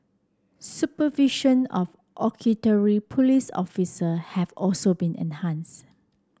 supervision of auxiliary police officer have also been enhanced